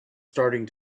starting